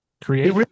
create